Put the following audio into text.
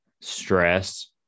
stress